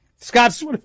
Scott's